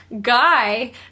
Guy